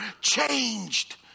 changed